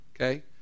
okay